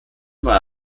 war